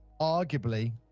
arguably